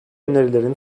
önerilerin